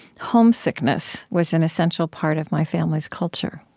homesickness was an essential part of my family's culture.